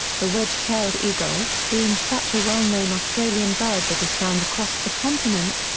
the wedge-tailed eagle, being such a well-known australian bird that is found across the continent,